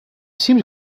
seemed